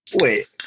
wait